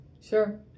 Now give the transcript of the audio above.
Sure